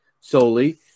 solely